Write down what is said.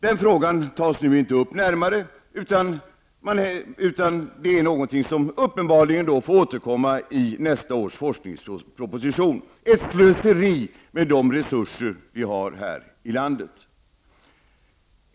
Den frågan tas nu inte upp närmare, utan den får uppenbarligen återkomma i nästa års forskningsproposition -- ett slöseri med de resurser vi har här i landet.